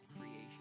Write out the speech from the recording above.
creation